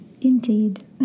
Indeed